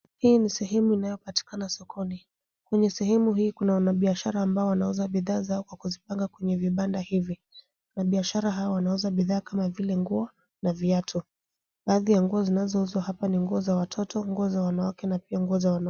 Hii ni sehemu inayopatikana sokoni. Kwenye sehemu hii kuna wanabiashara amabo wanauza bidhaa zao kwa kuzipanga kwenye vibanda hivi. Wanabiashara hawa wanauza bidhaa kama vile nguo na viatu. Baadhi ya nguo zinazouzwa hapa ni nguo za watoto, nguo za wanawake, na nguo za wanaume.